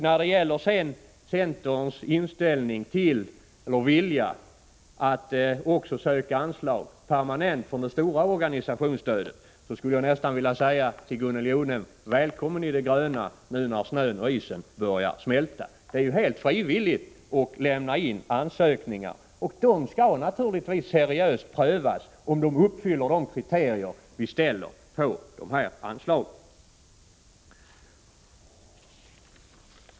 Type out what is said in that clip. När det gäller centerns vilja att söka stöd permanent från det stora organisationsanslaget skulle jag vilja säga till Gunnel Jonäng: Välkommen i det gröna nu när snön och isen börjar smälta! Det står ju var och en fritt att lämna in ansökningar, som naturligtvis seriöst skall prövas om ändamålen uppfyller de kriterier vi förknippar med detta anslag.